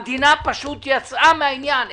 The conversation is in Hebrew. המדינה פשוט יצאה מהעניין.